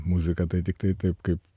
muziką tai tiktai taip kaip